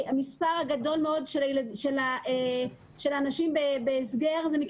המספר גדול מאוד של אנשים שנמצאים בהסגר נובע